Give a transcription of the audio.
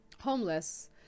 Homeless